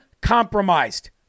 compromised